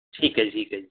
ਠੀਕ ਹੈ ਜੀ ਠੀਕ ਹੈ ਜੀ